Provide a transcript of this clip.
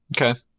Okay